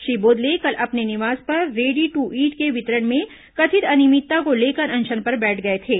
श्री बोदले कल अपने निवास पर रेडी टू ईट के वितरण में कथित अनियमितता को लेकर अनशन पर बैठ गए थे